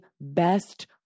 best